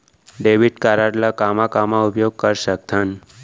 Debit card ला कामा कामा उपयोग कर सकथन?